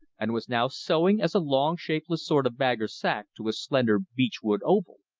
and was now sewing as a long shapeless sort of bag or sac to a slender beech-wood oval.